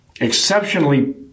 exceptionally